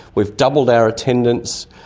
we doubled our attendance,